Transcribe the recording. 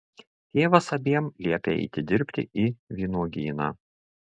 tėvas abiem liepia eiti dirbti į vynuogyną